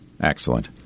Excellent